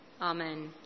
Amen